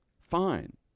fine